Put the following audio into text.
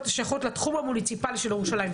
השייכות לתחום המוניציפאלי של ירושלים,